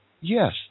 yes